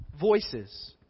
voices